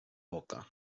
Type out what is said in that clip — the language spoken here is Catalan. boca